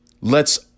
lets